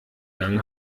gang